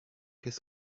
qu’est